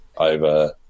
Over